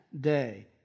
day